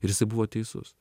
ir jisai buvo teisus